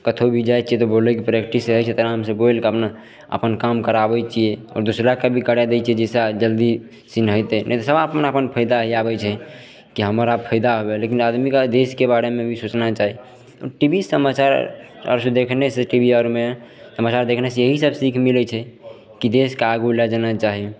कतहु भी जाइ छियै तऽ बोलयके प्रैक्टिस रहय छै तऽ आरामसँ बोलिकऽ अपना अपन काम कराबय छियै आओर दोसराके भी करा दै छियै जैसा जल्दी चिन्हइते नहि सब अपन अपन फायदा लए आबय छै की हमर आब फायदा आबय लेकिन आदमीके देशके बारेमे भी सोचना चाही टी वी समाचार आओर सब देखनेसे टी वी आरमे समाचार देखनेसे यही सब सीख मिलय छै की देशके आगू लऽ जेनाइ चाही